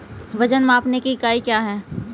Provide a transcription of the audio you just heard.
वजन मापने की इकाई क्या है?